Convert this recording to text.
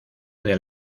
del